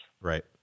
Right